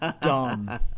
dumb